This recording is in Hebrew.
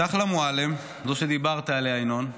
צ'חלה מועלם, זו שדיברת עליה, ינון,